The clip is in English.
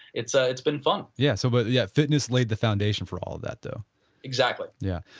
it's ah it's been fun yeah so but yeah, fitness laid the foundation for all of that, though exactly yeah.